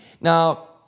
Now